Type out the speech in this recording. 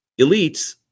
elites